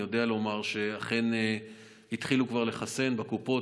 אני יודע לומר שאכן התחילו כבר לחסן בקופות,